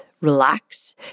relax